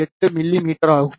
8 மிமீ ஆகும்